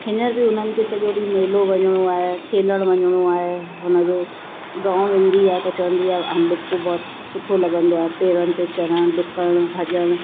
हीअंर बि उन्हनि खे सॼो ॾींहुं मेलो वञिणो आहे खेलणु वञिणो आहे हुन जो गांव वेंदी आहे त चवंदी आहे हम लोग को बहुत सुठो लॻंदो आहे पेड़नि ते चढ़णु डुकणु भॼणु